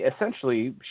Essentially